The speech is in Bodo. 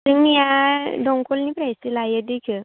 जोंनिया दंखलनिफ्रायसो लायो दैखौ